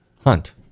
Hunt